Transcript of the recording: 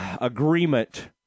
agreement